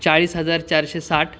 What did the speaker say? चाळीस हजार चारशे साठ